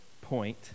point